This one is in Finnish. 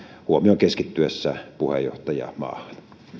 huomion keskittyessä puheenjohtajamaahan